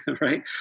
right